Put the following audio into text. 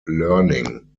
learning